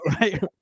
right